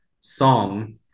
song